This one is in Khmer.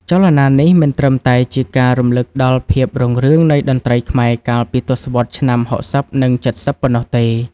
ចលនានេះមិនត្រឹមតែជាការរំលឹកដល់ភាពរុងរឿងនៃតន្ត្រីខ្មែរកាលពីទសវត្សរ៍ឆ្នាំ ៦០ និង ៧០ ប៉ុណ្ណោះទេ។